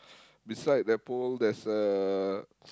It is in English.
beside that pole there's a